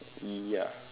ya